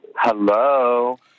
Hello